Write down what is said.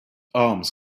arms